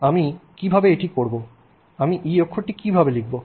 আমি কীভাবে এটি করব আমি E অক্ষরটি কীভাবে লিখব